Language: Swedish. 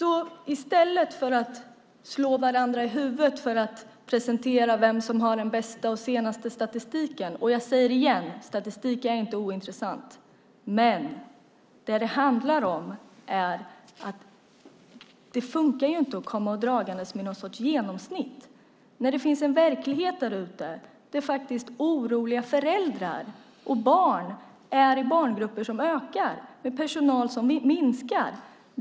Vi kan slå varandra i huvudet med vem som kan presentera den bästa och senaste statistiken, och jag säger igen att statistik inte är ointressant. Men det funkar inte att komma dragande med någon sorts genomsnitt när det finns en verklighet därute där föräldrar är oroliga över barngrupper som ökar och personal som minskar.